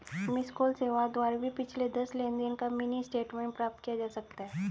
miss call सेवाओं द्वारा भी पिछले दस लेनदेन का मिनी स्टेटमेंट प्राप्त किया जा सकता है